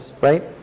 right